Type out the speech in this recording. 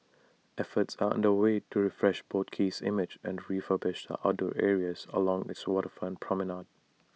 efforts are under way to refresh boat Quay's image and refurbish the outdoor areas along its waterfront promenade